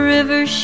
River